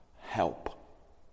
Help